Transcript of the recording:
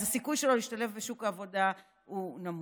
אז הסיכוי שלו להשתלב בשוק העבודה הוא נמוך.